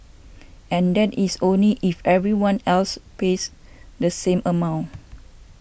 and that is only if everyone else pays the same amount